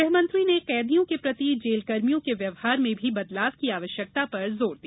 गृहमंत्री ने कैदियों के प्रति जेलकर्मियों के व्यवहार में भी बदलाव की आवश्यकता पर जोर दिया